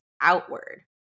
outward